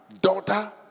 daughter